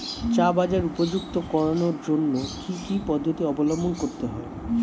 চা বাজার উপযুক্ত করানোর জন্য কি কি পদ্ধতি অবলম্বন করতে হয়?